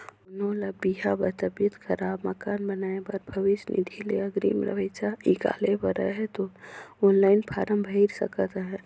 कोनो ल बिहा बर, तबियत खराब, मकान बनाए बर भविस निधि ले अगरिम पइसा हिंकाले बर अहे ता ऑनलाईन फारम भइर सकत अहे